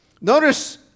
Notice